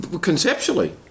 Conceptually